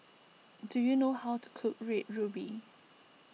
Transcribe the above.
do you know how to cook Red Ruby